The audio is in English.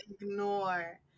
Ignore